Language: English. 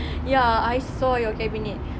ya I saw your cabinet